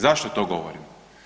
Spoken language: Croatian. Zašto to govorim?